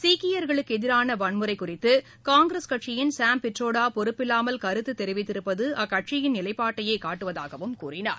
சீக்கியர்களுக்கு எதிராள வன்முறை குறித்து காங்கிரஸ் கட்சியின் சாம் பிட்ரோடா பொறுப்பில்லாமல் கருத்து தெரிவித்திருப்பது அக்கட்சியின் நிலைப்பாட்டையே காட்டுவதாகவும் கூறினார்